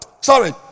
sorry